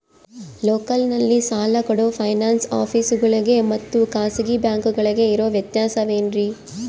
ಲೋಕಲ್ನಲ್ಲಿ ಸಾಲ ಕೊಡೋ ಫೈನಾನ್ಸ್ ಆಫೇಸುಗಳಿಗೆ ಮತ್ತಾ ಖಾಸಗಿ ಬ್ಯಾಂಕುಗಳಿಗೆ ಇರೋ ವ್ಯತ್ಯಾಸವೇನ್ರಿ?